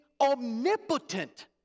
omnipotent